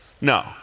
No